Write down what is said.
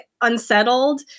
unsettled